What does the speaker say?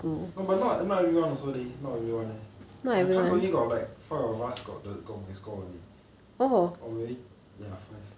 no but not not everyone also leh not everyone my class only got like five of us got the got score only only or maybe ya five